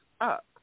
up